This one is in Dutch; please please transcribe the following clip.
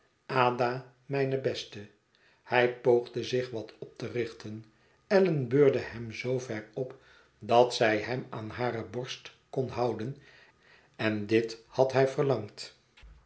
mijne beste hij poogde zich wat op te richten allan beurde hem zoover op dat zij hem aan hare borst kon houden en dit had hij verlangd